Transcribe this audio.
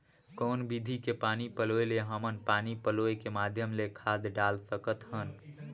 कौन विधि के पानी पलोय ले हमन पानी पलोय के माध्यम ले खाद डाल सकत हन?